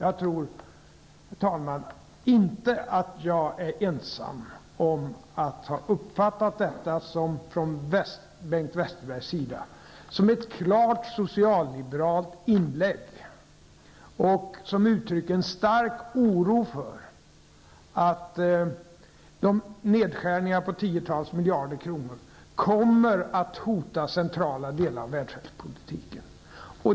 Jag tror, herr talman, inte att jag är ensam om att ha uppfattat detta anförande av Bengt Westerberg som ett klart socialliberalt inlägg, som uttrycker en stark oro för att nedskärningar på tiotals miljarder kronor kommer att hota centrala delar av välfärdspolitiken.